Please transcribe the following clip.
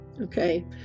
Okay